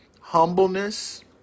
humbleness